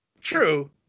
True